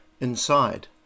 inside